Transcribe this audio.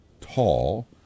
tall